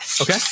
Okay